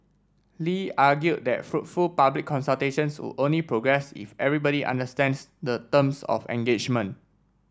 Lee argued that fruitful public consultations would only progress if everybody understands the terms of engagement